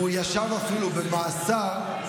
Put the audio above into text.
הוא אפילו ישב במאסר,